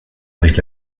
avec